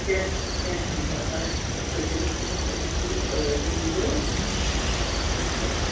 کیٚنٛہہ چھُنہٕ کیٚنٛہہ چھُنہٕ پَرواے تہٕ تُہۍ کٔرِو کٲم تُہۍ ہیٚکِو تُہۍ ییٖزیٚو اَتھ وُچھو